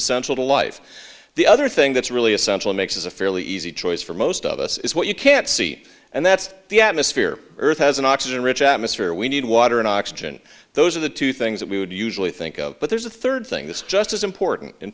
essential to life the other thing that's really essential makes is a fairly easy choice for most of us is what you can't see and that's the atmosphere earth has an oxygen rich atmosphere we need water and oxygen those are the two things that we would usually think of but there's a third thing that's just as important in